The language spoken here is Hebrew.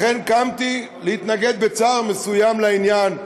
לכן קמתי להתנגד, בצער מסוים, לעניין.